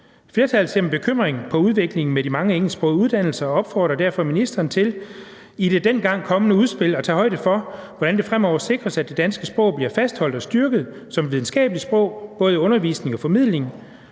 Flertallet ser med bekymring på udviklingen med de mange engelsksprogede uddannelser og opfordrede derfor ministeren til i det dengang kommende udspil at tage højde for, hvordan det fremover sikres, at det danske sprog bliver fastholdt og styrket som videnskabeligt sprog både i undervisningen og formidlingen.